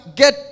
get